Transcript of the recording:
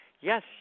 yes